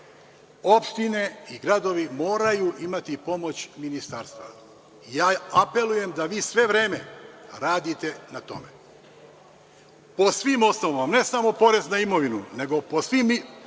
opštine i gradovi moraju imati pomoć ministarstva. Apelujem da vi sve vreme radite na tome po svim osnovama, ne samo porez na imovinu, nego po svim